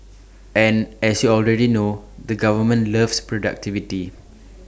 and as you already know the government loves productivity